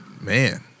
Man